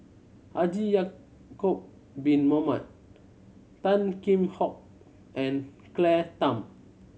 Haji Ya'acob Bin Mohamed Tan Kheam Hock and Claire Tham